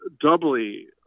doubly